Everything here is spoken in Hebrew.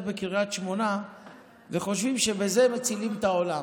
בקריית שמונה וחושבים שבזה הם מצילים את העולם.